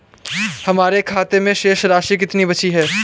हमारे खाते में शेष राशि कितनी बची है?